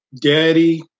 Daddy